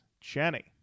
Jenny